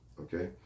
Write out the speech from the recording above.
Okay